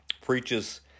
preaches